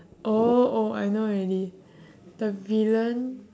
orh oh I know already the villain